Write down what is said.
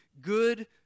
good